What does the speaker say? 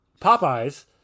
popeyes